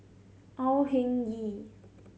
Au Hing Yee